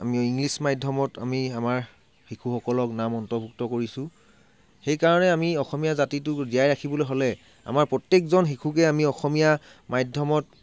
আমি ইংলিছ মাধ্যমত আমি আমাৰ শিশুসকলক নাম অন্তৰ্ভূক্ত কৰিছোঁ সেইকাৰণে আমি অসমীয়া জাতিটোক জীয়াই ৰাখিবলৈ হ'লে আমাৰ প্ৰত্যেকজন শিশুকে আমি অসমীয়া মাধ্যমত